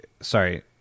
sorry